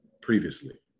previously